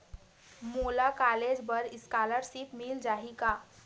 मोला कॉलेज बर स्कालर्शिप मिल जाही का?